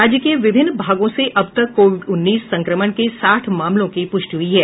राज्य के विभिन्न भागों से अब तक कोविड उन्नीस संक्रमण के साठ मामलों की प्रष्टि हुई है